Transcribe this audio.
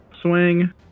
swing